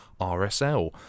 RSL